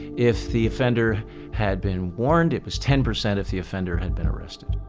if the offender had been warned, it was ten percent, if the offender had been arrested.